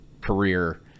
career